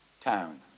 town